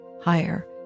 higher